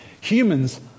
Humans